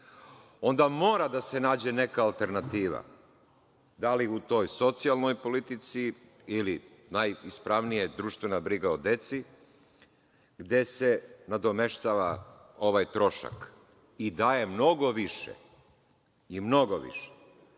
onda mora da se nađe neka alternativa, da li u toj socijalnoj politici ili, najispravnije, društvena briga o deci, gde se nadomeštava ovaj trošak i daje mnogo više, mnogo